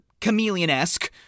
chameleon-esque